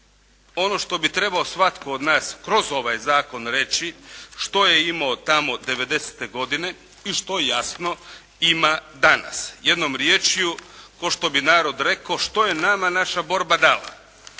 ono što bi trebao svatko od nas kroz ovaj zakon reći što je imao tamo 90-te godine i što jasno ima danas. Jednom riječju ko' što bi narod reko' "što je nama naša borba dala".